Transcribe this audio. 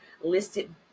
listed